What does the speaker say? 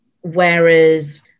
whereas